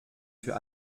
für